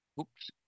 Oops